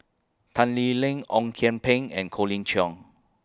Tan Lee Leng Ong Kian Peng and Colin Cheong